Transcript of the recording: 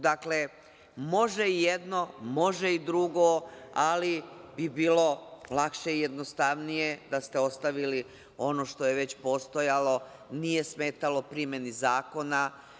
Dakle, može i jedno, može i drugo, ali bi bilo lakše i jednostavnije da ste ostavili ono što je već postojalo, nije smetalo primeni zakona.